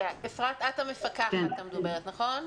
אפרת, את המפקחת המדוברת, נכון?